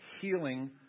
healing